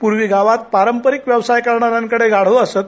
पुर्वी गावात पारपारिक व्यवसाय करणारयाकडे गाढवं असत